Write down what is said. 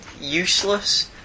useless